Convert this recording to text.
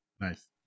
Nice